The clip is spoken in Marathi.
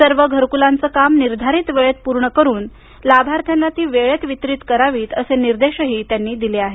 सर्व घरकुलांचं काम निर्धारित वेळेत पूर्ण करून लाभार्थींना ती वेळेत वितरीत करावीत असे निर्देशही त्यांनी दिले आहेत